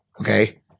okay